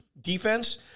defense